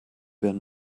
werden